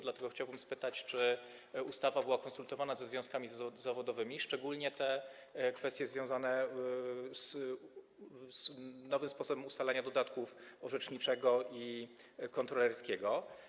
Dlatego chciałbym spytać: Czy ustawa była konsultowana ze związkami zawodowymi, szczególnie kwestie związane z nowym sposobem ustalania dodatków orzeczniczego i kontrolerskiego?